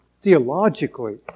theologically